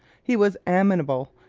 he was amenable,